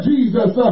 Jesus